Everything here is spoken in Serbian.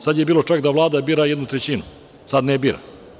Sada je bilo čak da Vlada bira jednu trećinu, a sada ne bira.